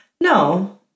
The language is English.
no